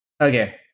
okay